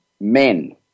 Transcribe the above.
men